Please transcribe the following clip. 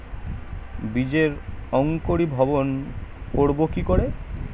বীজের অঙ্কোরি ভবন করব কিকরে?